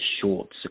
shorts